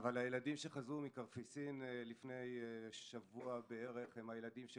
אבל הילדים שחזרו מקפריסין לפני כשבוע הם הילדים של